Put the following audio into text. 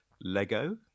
Lego